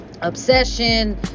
obsession